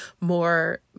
more